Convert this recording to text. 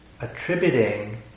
attributing